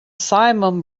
simum